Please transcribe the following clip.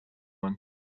one